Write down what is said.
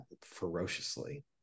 ferociously